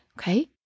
Okay